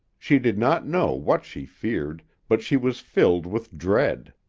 she did not know what she feared, but she was filled with dread.